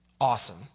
Awesome